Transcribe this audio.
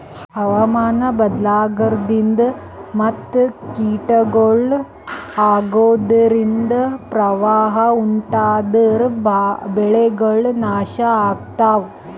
ಹವಾಮಾನ್ ಬದ್ಲಾಗದ್ರಿನ್ದ ಮತ್ ಕೀಟಗಳು ಅಗೋದ್ರಿಂದ ಪ್ರವಾಹ್ ಉಂಟಾದ್ರ ಬೆಳೆಗಳ್ ನಾಶ್ ಆಗ್ತಾವ